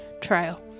trial